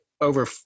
over